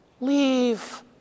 Leave